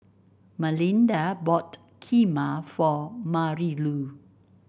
Malinda bought Kheema for Marilou